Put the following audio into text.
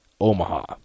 Omaha